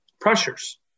Pressures